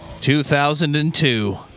2002